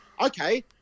Okay